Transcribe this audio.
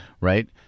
Right